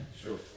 sure